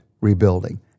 rebuilding